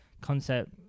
concept